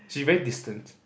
she very distant